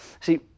See